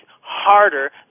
harder